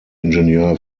ingenieur